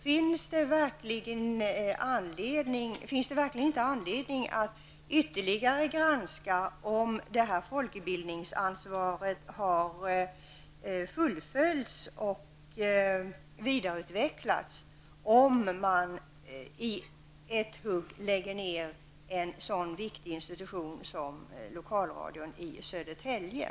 Finns det verkligen inte anledning att ytterligare granska om folkbildningsansvaret har fullföljts och vidareutvecklats, om man nu utan vidare lägger ned en så viktig institution som lokalradion i Södertälje?